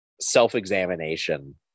self-examination